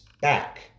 back